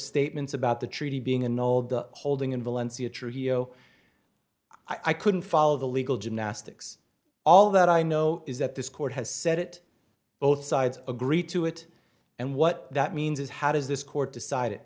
statements about the treaty being an old the holding in valencia trujillo i couldn't follow the legal gymnastics all that i know is that this court has said it both sides agree to it and what that means is how does this court decide